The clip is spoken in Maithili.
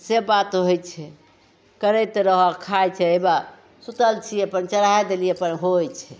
से बात होइ छै करैत रहऽ खाइ छै सुतल छी अपन चढ़ाइ देलियै अपन होइ छै